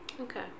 Okay